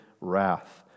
wrath